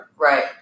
Right